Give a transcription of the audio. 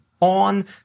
on